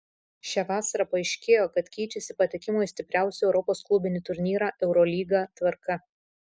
šią vasarą paaiškėjo kad keičiasi patekimo į stipriausią europos klubinį turnyrą eurolygą tvarka